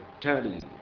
turning